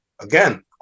again